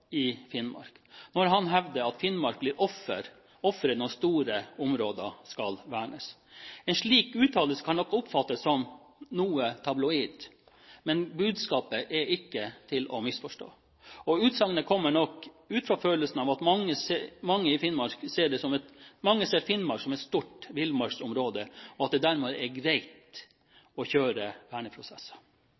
i Finnmark når han hevder at Finnmark blir offeret når store områder skal vernes. En slik uttalelse kan nok oppfattes som noe tabloid, men budskapet er ikke til å misforstå. Utsagnet kommer nok ut fra følelsen av at mange ser Finnmark som et stort villmarksområde, og at det dermed er greit å kjøre verneprosesser.